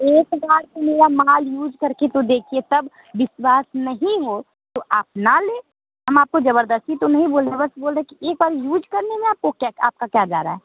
एक बार तो मेरा माल यूज़ करके तो देखिए तब विश्वास नही हो तो आप ना लें हम आपको जबरदस्ती तो नहीं बोल रहे बस बोल रहे कि एक बार यूज़ करने में आपको क्या आपका क्या जा रहा है